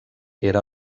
era